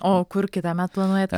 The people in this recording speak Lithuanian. o kur kitąmet planuojat